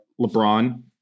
LeBron